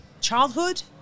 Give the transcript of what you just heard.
childhood